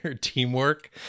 teamwork